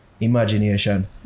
imagination